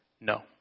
no